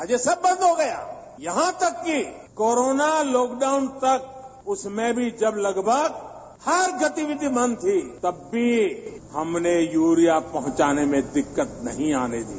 आज यह सब बंद हो गया यहां तक की कोरोना लॉक डाउन तक उसमें भी जब लगभग हर गतिविधि बन्द थी तब भी हमने यूरिया पहुंचाने में दिक्कत नहीं आने दी